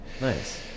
nice